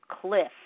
cliff